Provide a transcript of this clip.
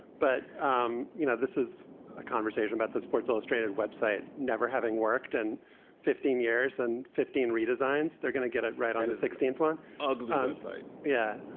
but um you know, this is a conversation about the sports illustrated web site, never having worked in and fifteen years. and fifteen redesigns. they're going to get it right on the sixteenth. one ugly um site. yeah,